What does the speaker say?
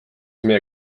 meie